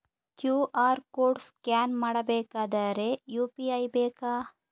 QR code scan ಮಾಡಬೇಕಾದರೆ UPI ಬೇಕಾ?